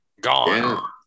Gone